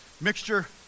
mixture